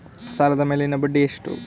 ಸಾಲದ ಮೇಲಿನ ಬಡ್ಡಿ ಎಷ್ಟು?